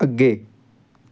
ਅੱਗੇ